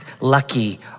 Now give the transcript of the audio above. lucky